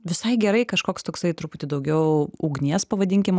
visai gerai kažkoks toksai truputį daugiau ugnies pavadinkim